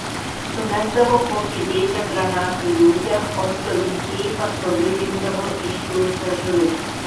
sumesdavo kokią dėžę granatų į upę o stovintieji pasroviui rinkdavo iškilusias žuvis